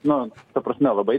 nu ta prasme labai